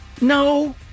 no